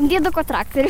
dieduko traktorių